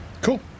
Cool